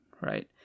right